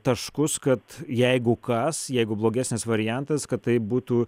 taškus kad jeigu kas jeigu blogesnis variantas kad tai būtų